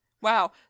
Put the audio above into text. Wow